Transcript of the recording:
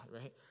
right